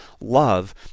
love